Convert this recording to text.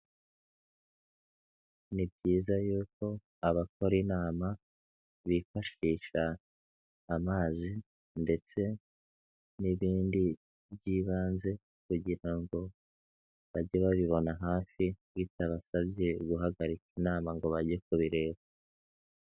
Ni byiza yuko abakora inama bifashisha amazi ndetse n'ibindi by'ibanze kugira ngo bajye babibona hafi bitabasabye guhagarika inama ngo bajye kubireba.